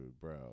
bro